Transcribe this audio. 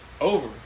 over